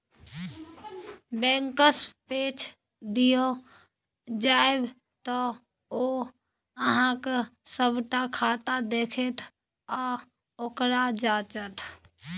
बैंकसँ पैच लिअ जाएब तँ ओ अहॅँक सभटा खाता देखत आ ओकरा जांचत